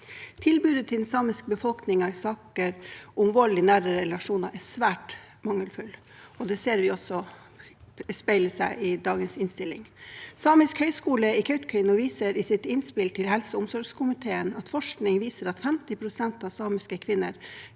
Tilbudet til den samiske befolkningen i saker om vold i nære relasjoner er svært mangelfullt, og det ser vi også speile seg i dagens innstilling. Samisk høgskole i Kautokeino viser i sitt innspill til helse- og omsorgskomiteen til at forskning viser at 50 pst. av samiske kvinner